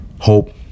hope